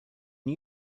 new